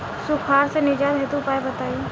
सुखार से निजात हेतु उपाय बताई?